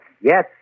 Yes